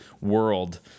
world